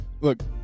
Look